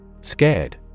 Scared